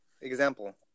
Example